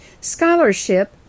scholarship